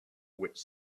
which